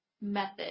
method